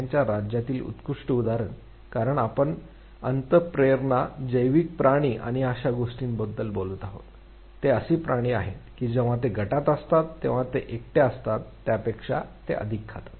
प्राण्यांच्या राज्यातील उत्कृष्ट उदाहरण कारण आपण अंतःप्रेरणा जैविक प्राणी आणि अशा गोष्टींबद्दल बोलत आहोत ते असे प्राणी आहेत की जेव्हा ते गटात असतात तेव्हा ते एकटे असतात त्यापेक्षा ते अधिक खातात